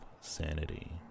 Sanity